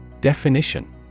Definition